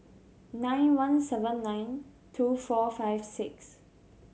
nine one seven nine two four five six